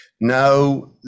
now